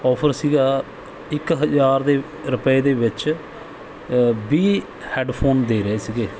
offer ਸੀਗਾ ਇੱਕ ਹਜ਼ਾਰ ਦੇ ਰੁਪਏ ਦੇ ਵਿੱਚ ਵੀਹ ਹੈੱਡਫੋਨ ਦੇ ਰਹੇ ਸੀਗੇ